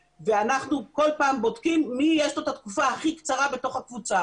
ואנחנו כל פעם בודקים למי יש לו את התקופה הכי קצרה בתוך הקבוצה